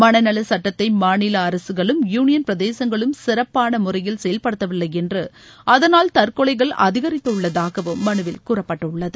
மனநல சுட்டத்தை மாநில அரசுகளும் யூனியள் பிரதேசங்களும் சிறப்பான முறையில் செயல்படுத்தவில்லை என்று அதனால் தற்கொலைகள் அதிகரித்துள்ளதாகவும் மனுவில் கூறப்பட்டுள்ளது